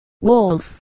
Wolf